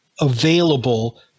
available